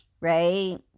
right